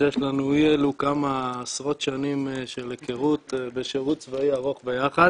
שיש לנו אי אילו כמה עשרות שנים של היכרות ושירות צבאי ארוך ביחד